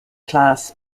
class